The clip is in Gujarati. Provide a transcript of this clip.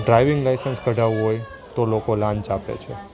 ડ્રાઇવિંગ લાયસન્સ કઢાવવું હોય તો લોકો લાંચ આપે છે